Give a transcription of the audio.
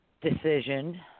decision